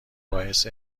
باعث